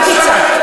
אל תצעק,